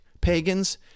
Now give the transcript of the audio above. pagans